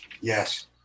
Yes